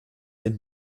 den